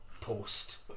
post